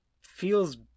feels